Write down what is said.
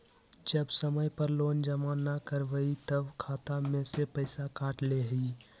जब समय पर लोन जमा न करवई तब खाता में से पईसा काट लेहई?